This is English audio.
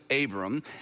Abram